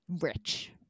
rich